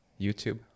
YouTube